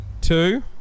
two